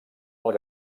alt